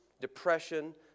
depression